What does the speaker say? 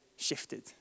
shifted